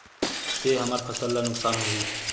से हमर फसल ला नुकसान होही?